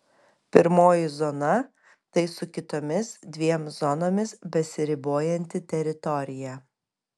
pirmoji zona tai su kitomis dviem zonomis besiribojanti teritorija